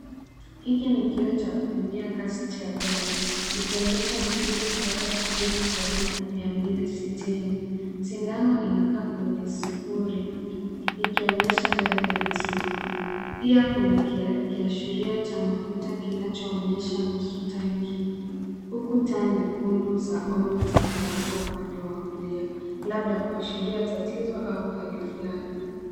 Hiki ni kioo cha kupimia kasi cha gari, kinachoonyesha mwendo kutoka sifuri hadi 260. Sindano iko kwenye sifuri, ikionyesha gari limesimama. Pia kuna kiashiria cha mafuta kinachoonyesha nusu tanki. Huku taa nyekundu za onyo zikiwaka upande wa kulia, labda zikionyesha tatizo au hali fulani.